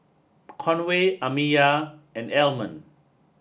Conway Amiya and Almond